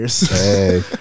Hey